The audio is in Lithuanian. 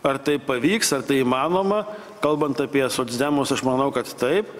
ar tai pavyks ar tai įmanoma kalbant apie socdemus aš manau kad taip